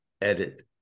edit